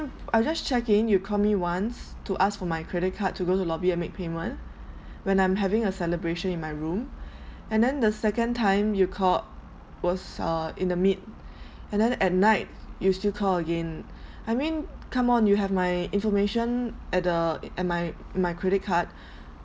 I just check in you called me once to ask for my credit card to go to lobby and make payment when I'm having a celebration in my room and then the second time you called was uh in the mid and then at night you still call again I mean come on you have my information at the and my my credit card